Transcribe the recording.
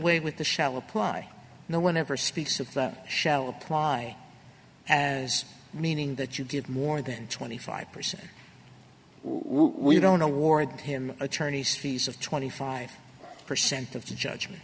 away with the shall apply no one ever speaks of that shall apply as meaning that you give more than twenty five percent we don't know warrant him attorney's fees of twenty five percent of the judgment